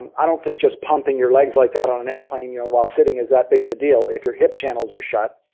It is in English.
and i don't think just pumping your legs like that on an airplane you know while sitting is that big of a deal if your hip channels are shut,